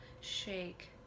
shake